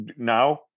Now